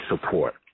support